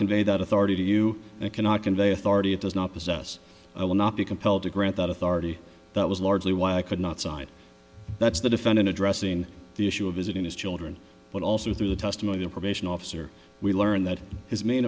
convey that authority to you it cannot convey authority it does not possess i will not be compelled to grant that authority that was largely why i could not sign that's the defendant addressing the issue of his it in his children but also through the testimony of probation officer we learned that his main